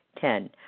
Ten